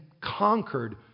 conquered